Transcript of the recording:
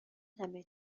همه